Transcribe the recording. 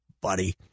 buddy